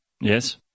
Yes